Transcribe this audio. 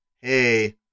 hey